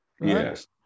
Yes